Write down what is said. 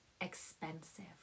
expensive